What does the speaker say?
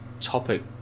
topic